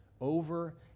over